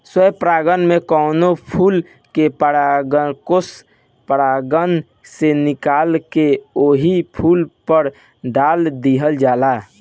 स्व परागण में कवनो फूल के परागकोष परागण से निकाल के ओही फूल पर डाल दिहल जाला